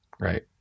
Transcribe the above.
Right